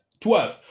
12